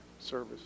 service